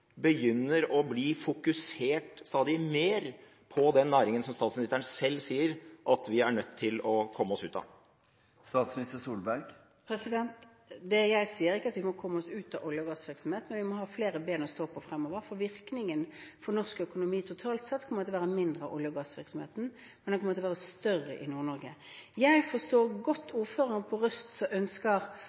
begynner å bli stadig mer fokusert på den næringen som statsministeren selv sier at vi er nødt til å komme oss ut av? Det jeg sier, er ikke at vi må komme oss ut av olje- og gassvirksomhet, men vi må ha flere ben å stå på fremover, for virkningen for norsk økonomi totalt sett kommer til å være mindre olje- og gassvirksomhet, men den kommer til å være større i Nord-Norge. Jeg forstår godt ordføreren på Røst